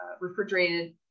refrigerated